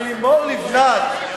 לימור לבנת,